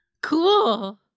Cool